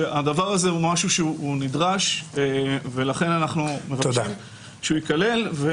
שהדבר הזה הוא משהו שהוא נדרש ולכן אנחנו מבקשים שהוא ייכלל.